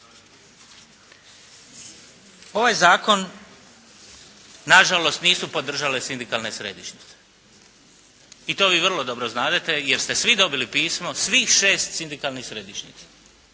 Ovaj zakon nažalost nisu podržale sindikalne središnjice. I to vi vrlo dobro znadete jer ste svi dobili svih 6 sindikalnih središnjica